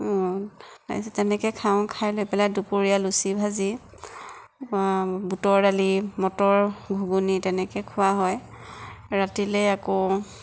তাৰপিছত তেনেকৈ খাওঁ খাই পেলে দূপৰীয়া লুচি ভাজি বুটৰ দালি মটৰ ঘুগুনি তেনেকৈ খোৱা হয় ৰাতিলৈ আকৌ